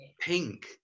pink